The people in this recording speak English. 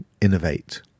innovate